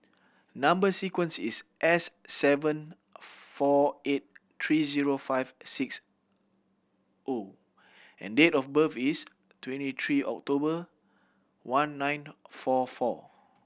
number sequence is S seven four eight three zero five six O and date of birth is twenty three October nineteen four four